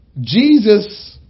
Jesus